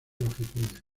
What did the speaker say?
longitudes